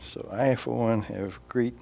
so i for one have great